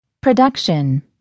Production